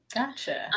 Gotcha